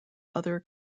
other